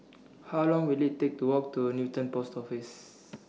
How Long Will IT Take to Walk to Newton Post Office